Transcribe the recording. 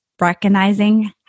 recognizing